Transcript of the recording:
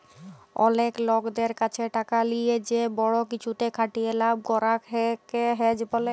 অলেক লকদের ক্যাছে টাকা লিয়ে যে বড় কিছুতে খাটিয়ে লাভ করাক কে হেজ ব্যলে